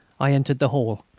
i entered the hall,